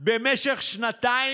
תודה,